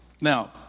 Now